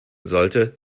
sollte